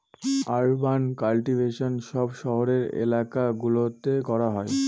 urban cultivation সব শহরের এলাকা গুলোতে করা হয়